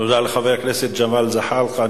תודה לחבר הכנסת ג'מאל זחאלקה.